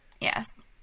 Yes